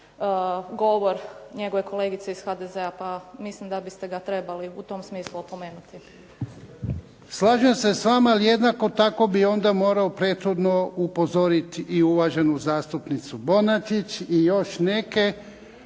govor njegove kolegice iz HDZ-a pa mislim da biste ga trebali u tom smislu opomenuti. **Jarnjak, Ivan (HDZ)** Slažem se s vama, ali jednako tako bi onda morao prethodno upozorit i uvaženu zastupnicu Bonačić i još neke